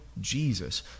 jesus